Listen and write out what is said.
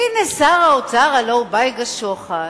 והנה, שר האוצר, הלוא הוא בייגה שוחט,